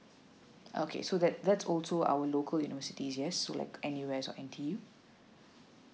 okay so that that's also our local university yes so like anywhere of N_T_U